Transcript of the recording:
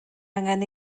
angen